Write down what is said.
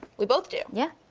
we both do. yeah.